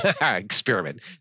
experiment